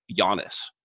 Giannis